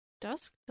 Dusk